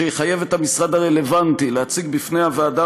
שיחייב את המשרד הרלוונטי להציג בפני הוועדה